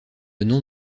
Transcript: nom